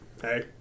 Hey